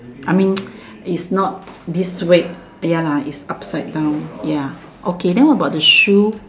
I mean it's not this way ya lah it's upside down ya okay then what about the shoe